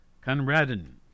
Conradin